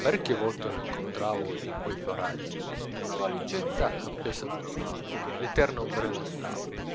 parecchie volte lo incontravo in quei paraggi con una valigetta appesa a una mano l'eterna ombrella nell'altra